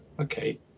Okay